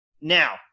Now